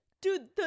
Dude